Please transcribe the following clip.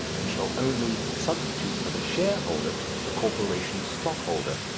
we shall only substitute for the shareholder the corporation stockholder.